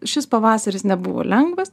šis pavasaris nebuvo lengvas